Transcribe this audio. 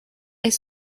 est